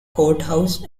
courthouse